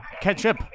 Ketchup